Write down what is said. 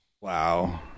Wow